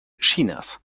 chinas